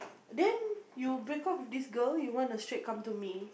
then you break off with this girl you wanna straight come to me